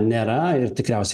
nėra ir tikriausiai